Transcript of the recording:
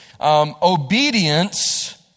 Obedience